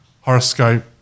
horoscope